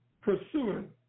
Pursuing